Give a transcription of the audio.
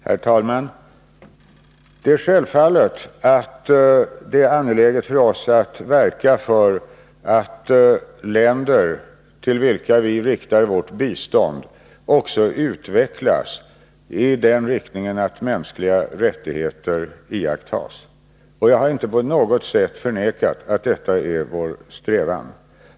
Herr talman! Det är självfallet angeläget för oss att verka för att länder till vilka vi ger vårt bistånd också utvecklas i den riktningen att mänskliga rättigheter iakttas. Jag har inte på något sätt förnekat att detta är vår strävan.